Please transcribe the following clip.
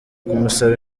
kumusaba